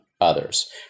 others